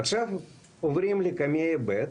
עכשיו עוברים לקמ"ע ב',